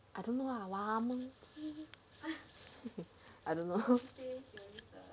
I don't know lah I don't know